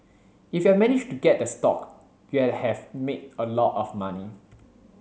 if you'd managed to get the stock you'd have made a lot of money